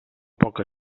poc